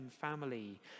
family